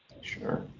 Sure